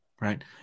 right